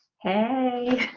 hey